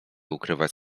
ukrywać